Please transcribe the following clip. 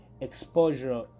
exposure